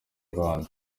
rwanda